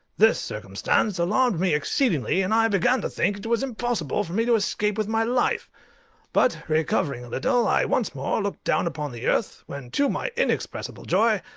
this circumstance alarmed me exceedingly, and i began to think it was impossible for me to escape with my life but recovering a little, i once more looked down upon the earth, when, to my inexpressible joy,